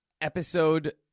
episode